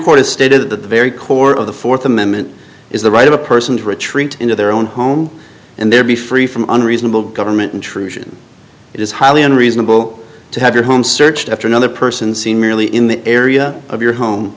court has stated that the very core of the fourth amendment is the right of a person to retreat into their own home and there be free from unreasonable government intrusion it is highly unreasonable to have your home searched after another person seen merely in the area of your home